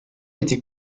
était